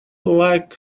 like